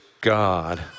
God